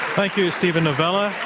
thank you, steven novella.